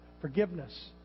forgiveness